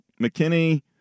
McKinney